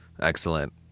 Excellent